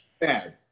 bad